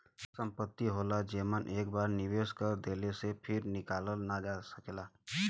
संपत्ति होला जेमन एक बार निवेस कर देले से फिर निकालल ना जा सकेला